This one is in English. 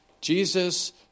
Jesus